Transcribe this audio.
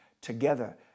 together